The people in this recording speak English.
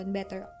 better